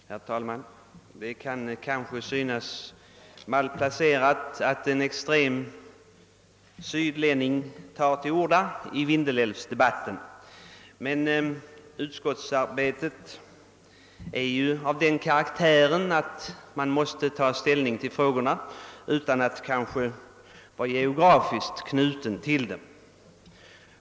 Herr talman! Det kan kanske synas malplacerat att en extrem sydlänning tar till orda i Vindelälvsdebatten, men utskottsarbetet är som bekant av den karaktären att man måste ta ställning till frågorna, även om man inte är geografiskt knuten till dem.